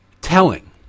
telling